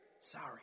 Sorry